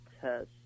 test